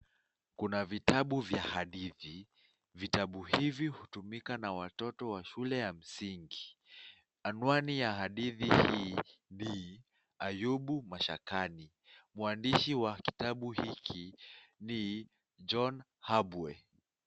Kuna vitabu vya haditihi. Vitabu hivi hutumika na watoto wa shule ya msingi. Anwani ya hadithi hii ni Ayubu Mashakani, mwandishi wa kitabu hiki ni John Habwe.